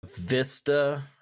Vista